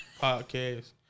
podcast